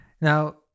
Now